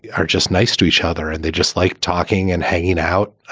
are just nice to each other and they just like talking and hanging out,